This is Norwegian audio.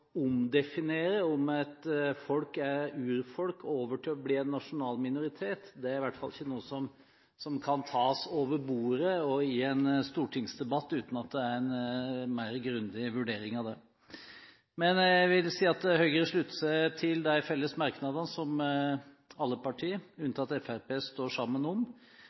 folk fra å være et urfolk til å bli en nasjonal minoritet er i hvert fall ikke noe som kan gjøres over bordet og i en stortingsdebatt uten en mer grundig vurdering av det. Jeg vil si at Høyre slutter seg til de felles merknadene som alle partier, unntatt Fremskrittspartiet, står sammen om.